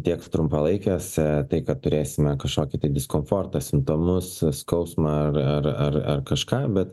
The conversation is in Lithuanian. tiek trumpalaikėse tai kad turėsime kažkokį diskomfortą simptomus skausmą ar ar ar kažką bet